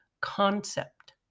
concept